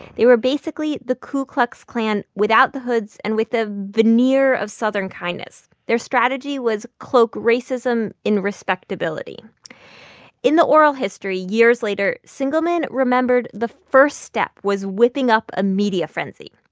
they were basically the ku klux klan without the hoods and with the veneer of southern kindness. their strategy was, cloak racism in respectability in the oral history, years later, singelmann remembered the first step was whipping up a media frenzy.